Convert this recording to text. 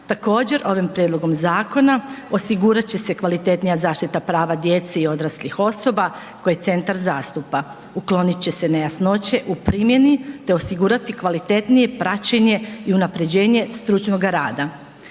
Također ovim prijedlogom zakona osigurat će se kvalitetnija zaštita prava djece i odraslih osoba koje centar zastupa, uklonit će se nejasnoće u primjeni te osigurati kvalitetnije praćenje i unapređenje stručnoga rada.